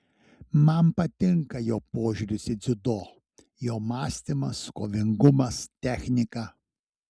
man patinka jo požiūris į dziudo jo mąstymas kovingumas technika